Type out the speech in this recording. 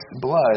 blood